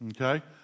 okay